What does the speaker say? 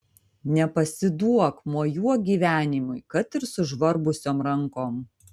nepasiduok mojuok gyvenimui kad ir sužvarbusiom rankom